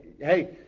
hey